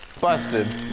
Busted